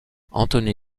anthony